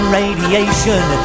radiation